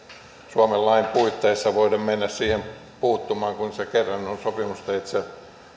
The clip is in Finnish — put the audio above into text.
suomen lain puitteissa voida mennä siihen puuttumaan kun kerran on sopimusteitse